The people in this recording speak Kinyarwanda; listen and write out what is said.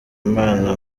imana